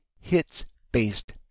hits-based